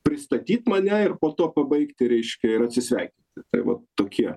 pristatyt mane ir po to pabaigti reiškia ir atsisveikinti tai va tokie